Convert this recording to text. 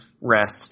rest